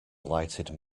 lighted